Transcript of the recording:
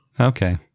Okay